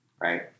right